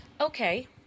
Okay